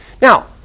Now